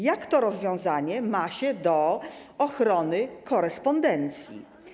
Jak to rozwiązanie ma się do ochrony korespondencji?